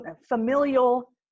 familial